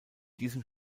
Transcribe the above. diesem